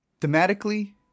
Thematically